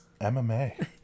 MMA